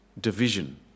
Division